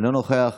אינו נוכח,